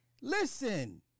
Listen